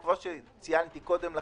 כמו שציינתי קודם לכן,